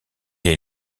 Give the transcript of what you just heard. est